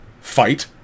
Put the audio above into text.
fight